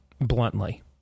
bluntly